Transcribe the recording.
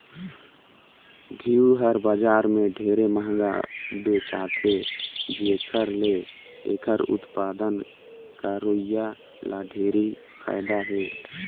घींव हर बजार में ढेरे मंहगा बेचाथे जेखर ले एखर उत्पादन करोइया ल ढेरे फायदा हे